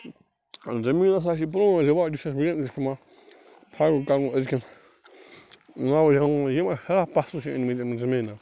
زٔمیٖنس ہا چھُ پرٛون ریٚواج یہِ چھُ فرٕض کرُن أزۍکیٚن نوجوانن منٛز یِم سیٚٹھاہ پسرٕ چھِ أنۍمٕتۍ أمۍ زمیٖنن